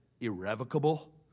irrevocable